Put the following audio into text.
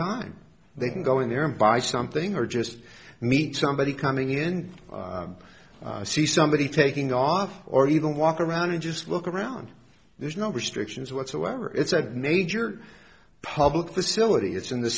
time they can go in there and buy something or just meet somebody coming in to see somebody taking off or even walk around and just look around there's no restrictions whatsoever it's a major public facility it's in the